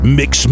mix